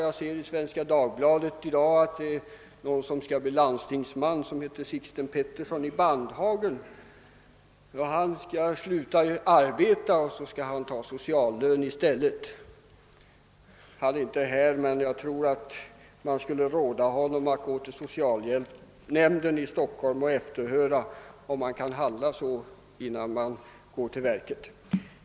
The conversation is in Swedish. Jag läser i Svenska Dagbladet att en Sixten Pettersson i Bandhagen, som skall bli landstingsman, funderar på att sluta arbeta och ta emot »social lön» i stället. Han är inte här, men jag skulle vilja råda honom och de som skriver i frågan att först gå till socialnämnden i Stockholm och höra efter, om man kan handla så. Det är nämligen inte alls troligt att det går.